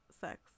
sex